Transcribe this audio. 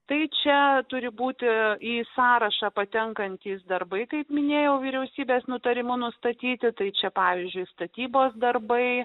tai čia turi būti į sąrašą patenkantys darbai kaip minėjau vyriausybės nutarimu nustatyti tai čia pavyzdžiui statybos darbai